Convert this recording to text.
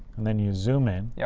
and then you zoom in. yeah